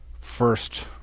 first